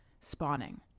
spawning